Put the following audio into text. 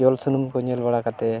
ᱡᱚᱞ ᱥᱩᱱᱩᱢ ᱠᱚ ᱧᱮᱞᱵᱟᱲᱟ ᱠᱟᱛᱮᱫ